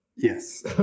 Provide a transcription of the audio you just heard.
Yes